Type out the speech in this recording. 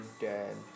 dead